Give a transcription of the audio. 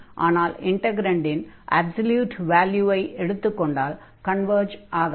ஆனால் இன்டக்ரன்டின் அப்ஸல்யூட் வால்யூவை எடுத்துக் கொண்டால் கன்வர்ஜ் ஆகாது